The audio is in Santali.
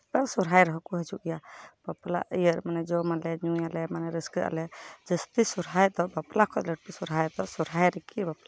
ᱟᱨ ᱥᱚᱨᱦᱟᱭ ᱨᱮᱦᱚᱸ ᱠᱚ ᱦᱟᱹᱡᱩᱜ ᱜᱮᱭᱟ ᱵᱟᱯᱞᱟ ᱤᱭᱟᱹ ᱢᱟᱱᱮ ᱡᱚᱢᱟᱞᱮ ᱧᱩᱭᱟᱞᱮ ᱢᱟᱱᱮ ᱨᱟᱹᱥᱠᱟᱹᱜᱼᱟᱞᱮ ᱡᱟᱥᱛᱤ ᱥᱤᱨᱦᱟᱭ ᱫᱚ ᱵᱟᱯᱞᱟ ᱠᱷᱚᱡ ᱞᱟᱹᱴᱩ ᱥᱚᱨᱦᱟᱭ ᱫᱚ ᱥᱚᱨᱦᱟᱭ ᱨᱮᱜᱮ ᱵᱟᱯᱞᱟ ᱠᱚᱨᱮ ᱫᱚᱞᱮ ᱡᱟᱣᱨᱟᱜᱼᱟ